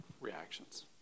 reactions